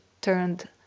turned